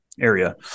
area